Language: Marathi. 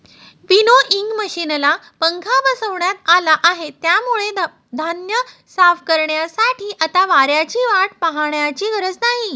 विनोइंग मशिनला पंखा बसवण्यात आला आहे, त्यामुळे धान्य साफ करण्यासाठी आता वाऱ्याची वाट पाहण्याची गरज नाही